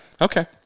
Okay